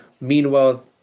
Meanwhile